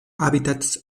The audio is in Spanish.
hábitats